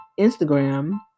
Instagram